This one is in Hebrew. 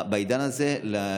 בעידן הזה לפחות,